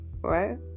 right